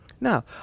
Now